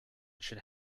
should